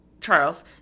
Charles